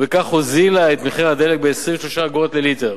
וכך הוזילה את הדלק ב-23 אגורות לליטר.